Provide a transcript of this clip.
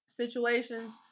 situations